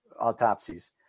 autopsies